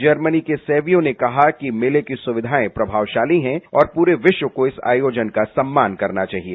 Germany के शैंवियों ने कहा कि मेर्ले की सुविधाएं प्रभावशाली है और पूरे विश्व को इस आयोजन का सम्मान करना चाहिए